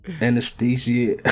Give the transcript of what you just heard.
anesthesia